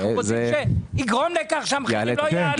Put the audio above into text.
אנחנו רוצים שיגרום לכך שהמחירים לא יעלו.